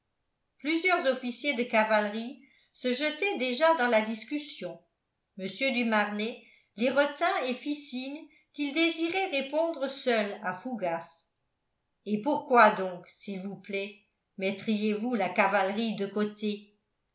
plusieurs officiers de cavalerie se jetaient déjà dans la discussion mr du marnet les retint et fit signe qu'il désirait répondre seul à fougas et pourquoi donc s'il vous plaît mettriez vous la cavalerie de côté